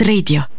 Radio